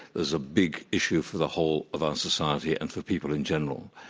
there's a big issue for the whole of our society and for people in general.